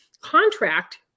contract